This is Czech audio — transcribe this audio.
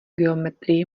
geometrii